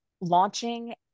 launching